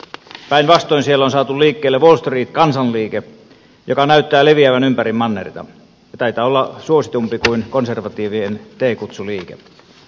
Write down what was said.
päinvastoin siellä on saatu liikkeelle wall street kansanliike joka näyttää leviävän ympäri mannerta taitaa olla suositumpi kuin konservatiivien teekutsuliike